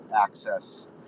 access